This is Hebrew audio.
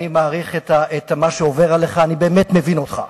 ואני מעריך את מה שעובר עליך, אני באמת מבין אותך.